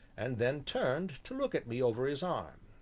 and then turned to look at me over his arm.